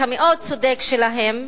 המאוד-צודק שלהם,